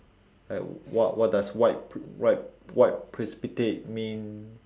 like what what does white white white precipitate mean